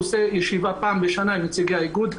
הוא עושה ישיבה פעם בשנה עם נציגי האיגוד.